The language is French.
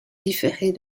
différer